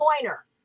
pointer